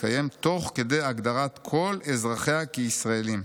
להתקיים תוך כדי הגדרת כל אזרחיה כישראלים.